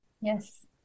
Yes